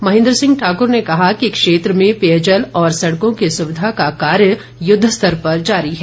महेन्द्र सिंह ठाकुर ने कहा कि क्षेत्र में पेयजल और सड़कों की सुविधा का कार्य युद्ध स्तर पर जारी है